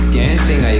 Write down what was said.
dancing